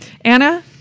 Anna